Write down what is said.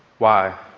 why